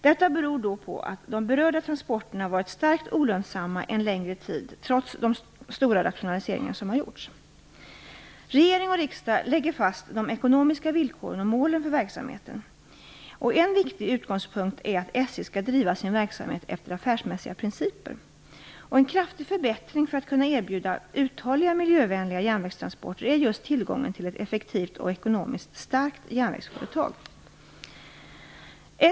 Detta beror på att de berörda transporterna varit starkt olönsamma en längre tid, trots de stora rationaliseringar som har gjorts. Regering och riksdag lägger fast de ekonomiska villkoren och målen för verksamheten. En viktig utgångspunkt är att SJ skall driva sin verksamhet efter affärsmässiga principer. En kraftig förbättring för att kunna erbjuda uthålliga miljövänliga järnvägstransporter är just tillgången till ett effektivt och ekonomiskt starkt järnvägsföretag.